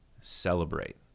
celebrate